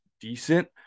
decent